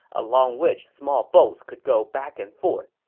along which small boats could go back and forth.